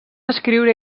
escriure